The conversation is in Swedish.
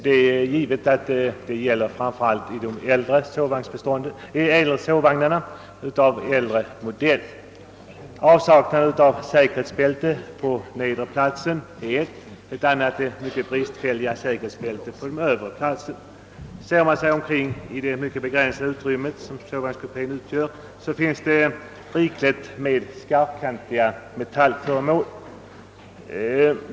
Det är givet att riskerna finns framför allt i sovvagnar av äldre modell. Avsaknaden av säkerhetsbälten på den undre platsen är en brist, en annan är de bristfälliga säkerhetsbältena på den övre platsen. Ser man sig omkring i det mycket begränsade utrymme som sovvagnskupén utgör, finner man, att det finns rikligt med skarpkantiga metallföremål.